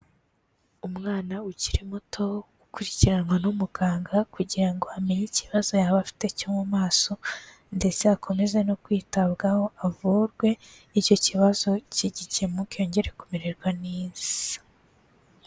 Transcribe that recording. Umwana ukiri muto ukurikiranwa n'umuganga kugira ngo amenye ikibazo yaba afite cyo mu maso ndetse akomeze no kwitabwaho avurwe, icyo kibazo cye gikemuke yongere kumererwa neza.